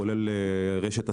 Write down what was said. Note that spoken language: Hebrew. כולל רשת הסיבים,